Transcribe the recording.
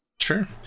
Sure